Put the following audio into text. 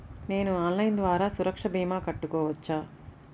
నేను ఆన్లైన్ ద్వారా సురక్ష భీమా కట్టుకోవచ్చా?